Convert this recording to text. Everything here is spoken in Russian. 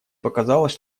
показалось